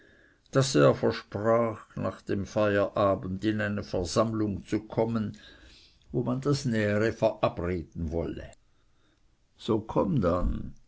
daß er versprach nach dem feierabend in eine versammlung zu kommen wo man das nähere verabreden wolle so komm dann